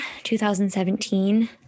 2017